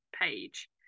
page